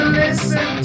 listen